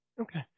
Okay